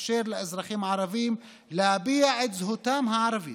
לאפשר לאזרחים הערבים להביע את זהותם הערבית,